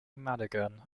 madigan